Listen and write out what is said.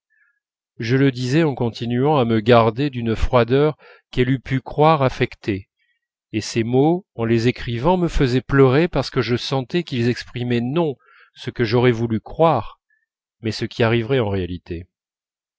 je le disais en continuant à me garder d'une froideur qu'elle eût pu croire affectée et ces mots en les écrivant me faisaient pleurer parce que je sentais qu'ils exprimaient non ce que j'aurais voulu croire mais ce qui arriverait en réalité